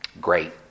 great